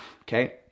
Okay